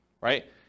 right